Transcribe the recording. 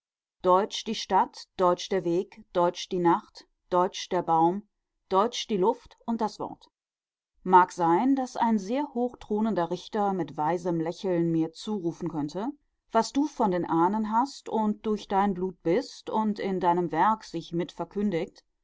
die stadt deutsch der weg deutsch die nacht deutsch der baum deutsch die luft und das wort mag sein daß ein sehr hoch thronender richter mit weisem lächeln mir zurufen könnte was du von den ahnen hast und durch dein blut bist und in deinem werk sich mitverkündigt